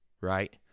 right